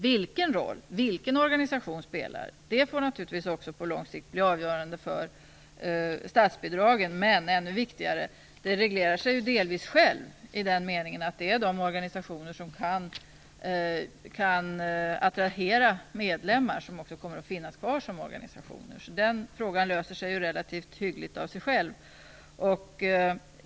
Vilken roll en organisation spelar får naturligtvis på lång sikt bli avgörande för statsbidragen. Men ännu viktigare är att detta delvis reglerar sig självt i den meningen att det är de organisationer som kan attrahera medlemmar som finns kvar som organisationer. Den frågan löser sig alltså relativt hyggligt av sig själv.